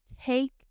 take